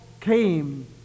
came